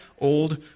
old